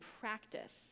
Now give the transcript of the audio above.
practice